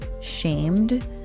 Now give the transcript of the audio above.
shamed